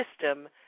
system